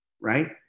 right